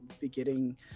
beginning